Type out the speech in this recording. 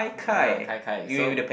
ya gai-gai so